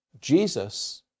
Jesus